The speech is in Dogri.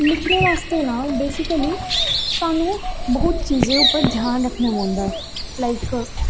लिखने बास्तै वेसिकली सानूं बौह्त चीजें उप्पर ध्यान रखना पौंदा ऐ लाइक